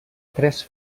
tres